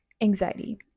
anxiety